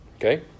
Okay